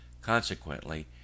Consequently